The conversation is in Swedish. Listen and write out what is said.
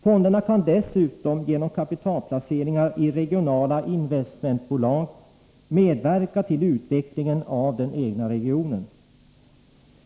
Fonderna kan dessutom genom kapitalplaceringar i regionala investmentbolag medverka till utvecklingen av den egna regionen.